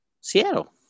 Seattle